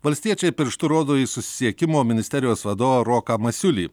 valstiečiai pirštu rodo į susisiekimo ministerijos vadovą roką masiulį